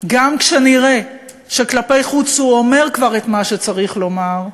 גם כשנראה שכלפי חוץ הוא אומר כבר את מה שצריך לומר,